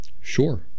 sure